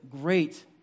great